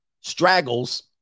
Straggles